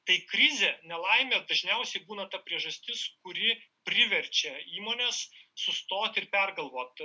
tai krizė nelaimė dažniausiai būna ta priežastis kuri priverčia įmones sustot ir pergalvot